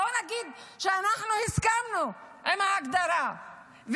בואו נגיד שאנחנו הסכמנו עם ההגדרה,